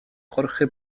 jorge